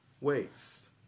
waste